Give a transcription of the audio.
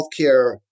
healthcare